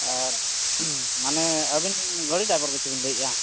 ᱢᱟᱱᱮ ᱟᱹᱵᱤᱱ ᱜᱟᱹᱰᱤ ᱰᱟᱭᱵᱟᱨ ᱜᱮᱪᱚᱵᱮᱱ ᱞᱟᱹᱭᱮᱫᱼᱟ